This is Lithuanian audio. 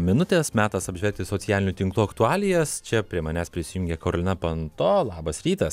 minutės metas apžvelgti socialinių tinklų aktualijas čia prie manęs prisijungė karolina panto labas rytas